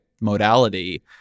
modality